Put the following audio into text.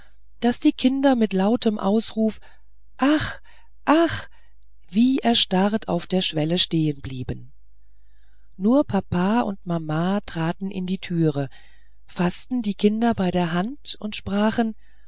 daß die kinder mit lautem ausruf ach ach wie erstarrt auf der schwelle stehen blieben aber papa und mama traten in die türe faßten die kinder bei der hand und sprachen